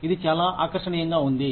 ఇది చాలా ఆకర్షనీయంగా ఉంది